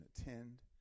attend